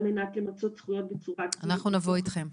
על מנת למצות זכויות בצורה --- אנחנו נבוא איתכם.